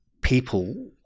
people